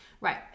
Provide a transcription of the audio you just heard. Right